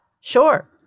sure